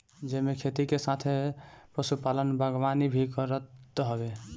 जेमे खेती के साथे पशुपालन, बागवानी भी करत हवे